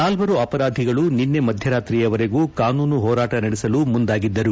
ನಾಲ್ವರು ಅಪರಾಧಿಗಳು ನಿನ್ನೆ ಮಧ್ವರಾತ್ರಿಯವರೆಗೂ ಕಾನೂನು ಹೋರಾಟ ನಡೆಸಲು ಮುಂದಾಗಿದ್ದರು